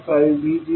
5V0 2V08 0